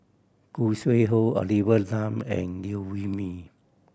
Khoo Sui Hoe Olivia Lum and Liew Wee Mee